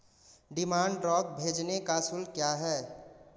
Demand draft भेजने का शुल्क क्या है?